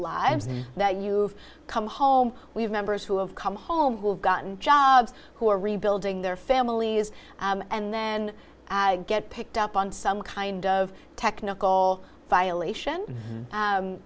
lives that you've come home we have members who have come home who have gotten jobs who are rebuilding their families and then get picked up on some kind of technical violation